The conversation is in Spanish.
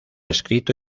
escrito